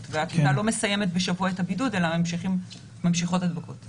והכיתה לא מסיימת בשבוע את הבידוד אלה ממשיכות הדבקות.